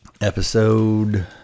episode